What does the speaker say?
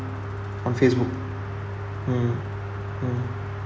on Facebook mm mm